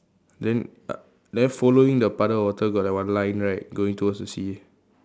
then uh then following the puddle of water got like one line right going towards the sea